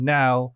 now